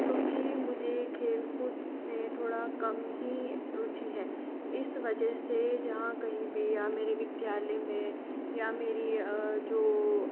क्योंकि मुझे खेल कूद में थोड़ा कम ही रूचि है इस वजह से जहाँ कहीं भी या मेरे विद्यालय में या मेरी जो